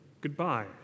goodbye